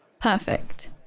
Perfect